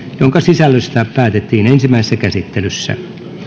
jonka sisällöstä päätettiin ensimmäisessä käsittelyssä